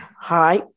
Hi